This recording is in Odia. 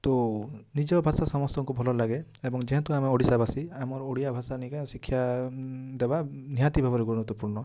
ତ ନିଜ ଭାଷା ସମସ୍ତଙ୍କୁ ଭଲ ଲାଗେ ଏବଂ ଯେହେତୁ ଆମେ ଓଡ଼ିଶାବାସୀ ଆମର ଓଡ଼ିଆ ଭାଷା ନେଇକି ଶିକ୍ଷା ଦେବା ନିହାତି ଭାବରେ ଗୁରୁତ୍ୱପୂର୍ଣ୍ଣ